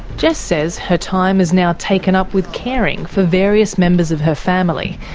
jess says her time is now taken up with caring for various members of her family,